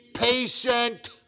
Patient